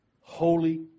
Holy